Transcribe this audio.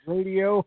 Radio